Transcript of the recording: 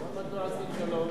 למה את לא עשית שלום?